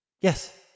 Yes